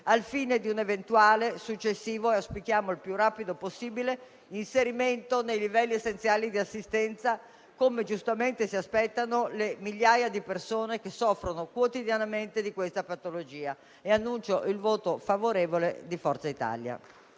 al fine di un eventuale e successivo - auspichiamo il più rapido possibile - inserimento nei livelli essenziali di assistenza (LEA), come giustamente si aspettano le migliaia di persone che soffrono quotidianamente di questa patologia. Annuncio il voto favorevole del Gruppo Forza Italia.